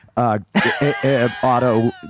Auto